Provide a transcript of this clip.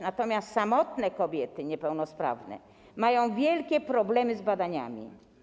Natomiast samotne kobiety niepełnosprawne mają wielkie problemy z badaniami.